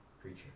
Creature